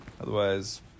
Otherwise